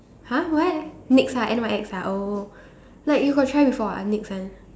!huh! what Nyx ah N Y X ah oh like you got try before ah Nyx one